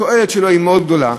התועלת שלו היא מאוד גדולה,